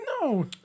No